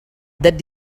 that